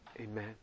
Amen